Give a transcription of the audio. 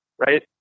right